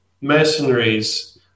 mercenaries